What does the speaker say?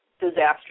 disaster